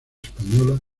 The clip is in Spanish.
española